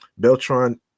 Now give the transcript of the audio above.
Beltron